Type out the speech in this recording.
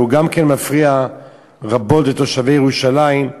אבל גם הוא מפריע רבות לתושבי ירושלים,